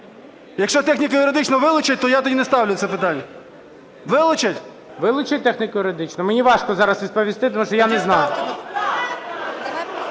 Якщо техніко-юридично вилучать, то я тоді не ставлю це питання. Вилучать? ГОЛОВУЮЧИЙ. Вилучать техніко-юридично? Мені важко зараз відповісти, тому що я не знаю.